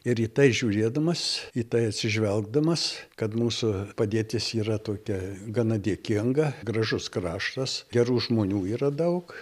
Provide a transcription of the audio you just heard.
ir į tai žiūrėdamas į tai atsižvelgdamas kad mūsų padėtis yra tokia gana dėkinga gražus kraštas gerų žmonių yra daug